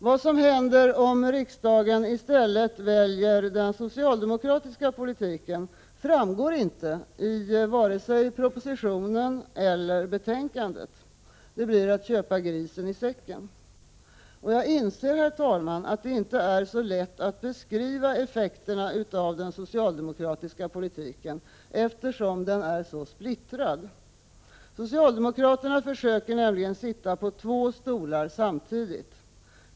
Vad som händer om riksdagen i stället väljer den socialdemokratiska politiken framgår inte i vare sig propositionen eller betänkandet. Det blir att köpa grisen i säcken. Jag inser, herr talman, att det inte är så lätt att beskriva effekterna av den socialdemokratiska politiken, eftersom den är så splittrad. Socialdemokraterna försöker nämligen sitta på två stolar samtidigt.